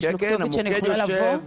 יש לו כתובת שאני יכולה לבוא אליו?